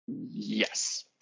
Yes